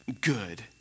good